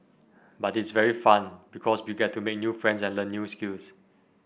but it's very fun because we get to make new friends and learn new skills